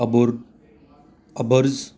अबूरअबर्ज